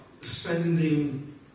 sending